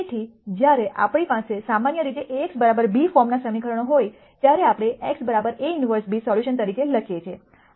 તેથી જ્યારે આપણી પાસે સામાન્ય રીતે ax b ફોર્મનાં સમીકરણો હોય છે ત્યારે આપણે x A 1 b સોલ્યુશન તરીકે લખીએ છીએ